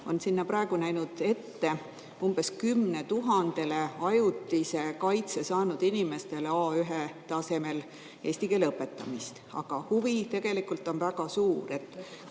on sinna praegu näinud ette umbes 10 000-le ajutise kaitse saanud inimesele A1-tasemel eesti keele õpetamist, aga huvi on tegelikult väga suur.